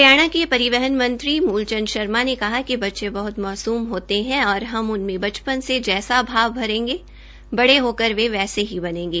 हरियाणा के परिवहन मंत्री मूलचंद शर्मा ने कहा कि बच्चे बहत मासूम होते हैं और हम उनमें बचपन से जैसा भाव भरेंगे बड़े होकर वे वैसे ही बनेंगे